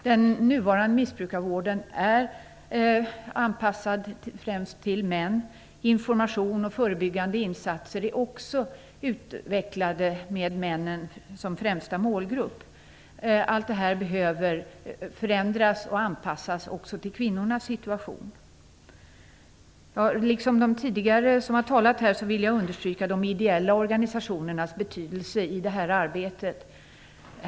Den nuvarande missbrukarvården är anpassad främst efter män, och information och förebyggande insatser har också utvecklats med männen som främsta målgrupp. Allt det här behöver förändras och anpassas också efter kvinnornas situation. Liksom tidigare talare vill jag understryka de ideella organisationernas betydelse i det här arbetet.